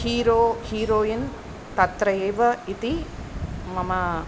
hero heroine तत्र एव इति मम